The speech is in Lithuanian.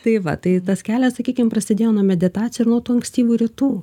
tai va tai tas kelias sakykim prasidėjo nuo meditacija ir nuo tų ankstyvų rytų